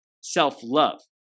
self-love